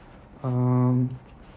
um